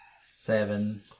Seven